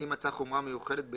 אם מצאה חומרה מיוחדת בהתנהלותו,